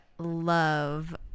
love